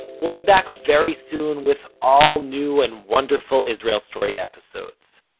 we'll be back very soon with all new and wonderful israel story episodes.